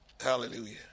Hallelujah